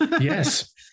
Yes